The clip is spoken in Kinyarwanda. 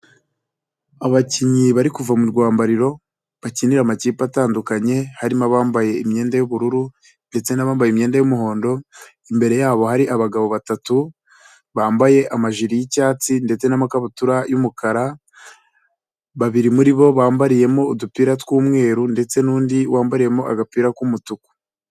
Abakinnyi bari kuva mu rwambariro, bakinira amakipe atandukanye, harimo abambaye imyenda y'ubururu, ndetse n'abambaye imyenda y'umuhondo, imbere yabo hari abagabo batatu, bambaye amajire y'icyatsi ndetse n'amakabutura y'umukara, babiri muri bo bambariyemo udupira tw'umweru ndetse n'undi wambariyemo agapira k'umutuku.